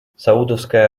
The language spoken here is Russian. саудовская